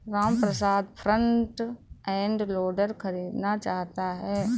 Ramprasad front end loader खरीदना चाहता है